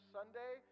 Sunday